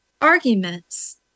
arguments